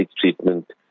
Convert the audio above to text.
treatment